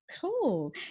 Cool